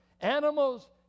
Animals